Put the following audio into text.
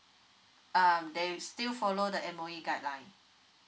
um they still follow the M_O_E guideline